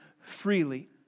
freely